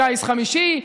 גיס חמישי.